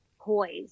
poised